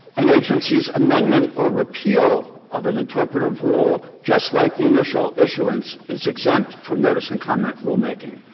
an agency's amendment or repeal of an interpretative rule, just like the initial issuance, is exempt from notice-and-comment rulemaking.